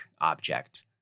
object